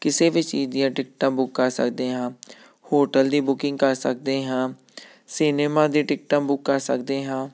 ਕਿਸੇ ਵੀ ਚੀਜ਼ ਦੀਆਂ ਟਿਕਟਾਂ ਬੁੱਕ ਕਰ ਸਕਦੇ ਹਾਂ ਹੋਟਲ ਦੀ ਬੁਕਿੰਗ ਕਰ ਸਕਦੇ ਹਾਂ ਸਿਨੇਮਾ ਦੀ ਟਿਕਟਾਂ ਬੁੱਕ ਕਰ ਸਕਦੇ ਹਾਂ